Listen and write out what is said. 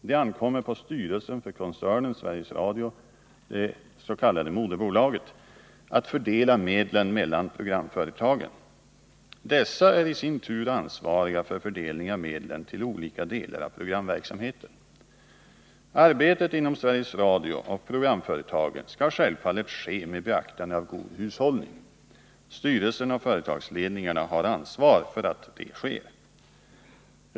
Det ankommer på styrelsen för koncernen Sveriges Radio, det s.k. moderbolaget, att fördela medlen mellan programföretagen. Dessa i sin tur är ansvariga för fördelningen av medlen till olika delar av programverksamheten. Arbetet inom Sveriges Radio och programföretagen skall självfallet ske med beaktande av god hushållning. Styrelsen och företagsledningarna har ansvar för att detta sker.